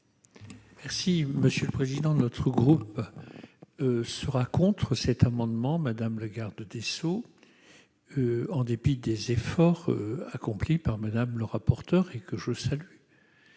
monsieur le Président notre groupe sera contre cet amendement, madame le Garde des Sceaux, en dépit des efforts accomplis par madame le rapporteur et que je salue,